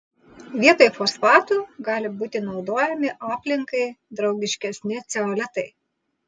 vietoj fosfatų gali būti naudojami aplinkai draugiškesni ceolitai